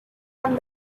and